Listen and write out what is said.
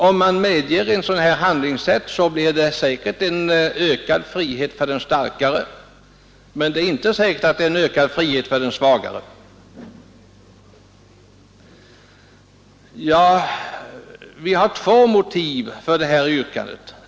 Om man medger ett sådant handlingssätt som det här är fråga om blir det säkert ökad frihet för den starkare, men det är inte säkert att det blir ökad frihet för den svagare. Vi har två motiv för detta yrkande.